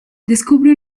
descubre